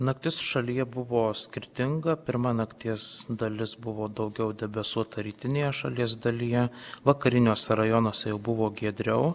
naktis šalyje buvo skirtinga pirma nakties dalis buvo daugiau debesuota rytinėje šalies dalyje vakariniuose rajonuose jau buvo giedriau